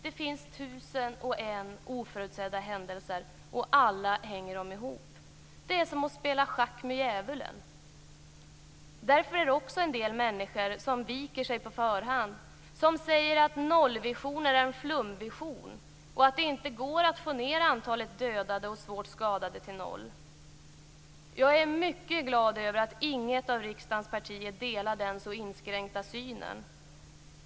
Det finns tusen och en oförutsedda händelser. Och alla hänger de ihop. Det är som att spela schack med djävulen. Därför är det också en del människor som viker sig på förhand, som säger att nollvisionen är en flumvision och att det inte går att få ned antalet dödade och svårt skadade till noll. Jag är mycket glad över att inget av riksdagens partier delar den så inskränkta synen.